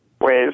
ways